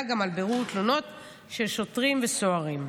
גם על בירור תלונות של שוטרים וסוהרים.